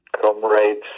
comrades